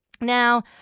Now